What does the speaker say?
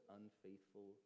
unfaithful